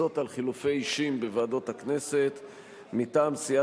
עמדות שמירה לעובדים בענף השמירה והאבטחה,